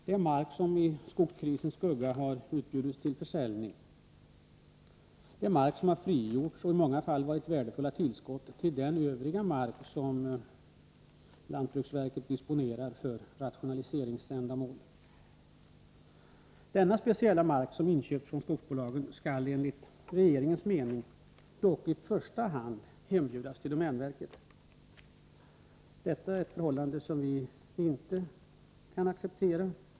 Det är mark som i skogskrisens skugga har utbjudits till försäljning. Mark har på så sätt frigjorts och i många fall blivit ett värdefullt tillskott till den övriga mark som lantbruksverket disponerar för rationaliseringsändamål. Denna speciella mark som inköpts från skogsbolagen skall enligt regeringens mening dock i första hand hembjudas till domänverket. Detta är ett förhållande som vi inte kan acceptera.